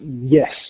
yes